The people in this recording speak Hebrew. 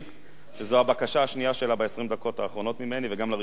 שזאת הבקשה השנייה שלה ב-20 הדקות האחרונות וגם לראשונה הסכמתי.